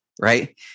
Right